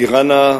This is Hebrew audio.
דירה נאה,